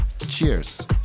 Cheers